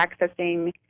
accessing